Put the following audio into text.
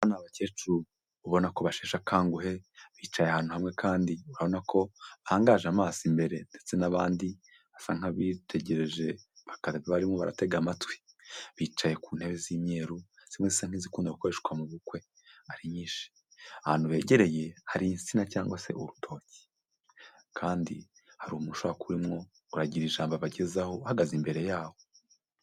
Aba ni abakecuru ubona ko basheshe akanguhe, bicaye ahantu hamwe kandi urabona ko bahangaje amaso imbere ndetse n'abandi basa nk'abitegereje barimo baratega amatwi, bicaye ku ntebe z'imyeru zimwe zisa nk'izikunda gukoreshwa mu bukwe ari nyinshi, ahantu begereye hari insina cyangwase urutoki, kandi hari umuntu ushobora kuba arimwo uragira ijambo abagezaho, uhagaze imbere yabo.